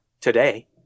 today